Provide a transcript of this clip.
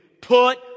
Put